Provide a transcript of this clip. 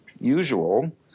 usual